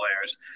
players